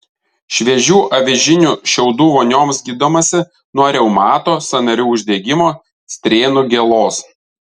šviežių avižinių šiaudų vonioms gydomasi nuo reumato sąnarių uždegimo strėnų gėlos